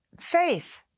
faith